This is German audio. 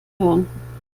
hören